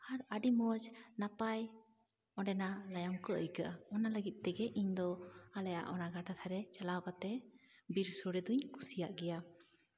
ᱟᱹᱰᱤ ᱢᱚᱡᱽ ᱱᱟᱯᱟᱭ ᱚᱸᱰᱮᱱᱟᱜ ᱞᱟᱭᱚᱝ ᱠᱚ ᱟᱹᱭᱠᱟᱹᱜᱼᱟ ᱚᱱᱟ ᱞᱟᱹᱜᱤᱫ ᱛᱮᱜᱮ ᱟᱞᱮᱭᱟᱜ ᱚᱱᱟ ᱜᱟᱰᱟ ᱫᱷᱟᱨᱮ ᱪᱟᱞᱟᱣ ᱠᱟᱛᱮᱜ ᱵᱤᱨ ᱥᱳᱲᱮ ᱫᱚᱧ ᱠᱩᱥᱤᱭᱟᱜ ᱜᱮᱭᱟ